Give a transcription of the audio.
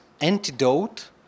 antidote